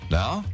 now